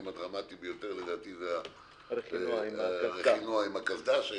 הדרמטי ביותר לטעמי זה הרכינוע עם הקסדה.